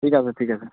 ঠিক আছে ঠিক আছে